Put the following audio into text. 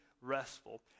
restful